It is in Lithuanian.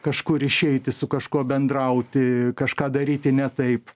kažkur išeiti su kažkuo bendrauti kažką daryti ne taip